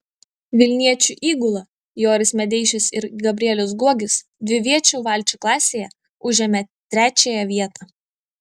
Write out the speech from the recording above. vilniečių įgula joris medeišis ir gabrielius guogis dviviečių valčių klasėje užėmė trečiąją vietą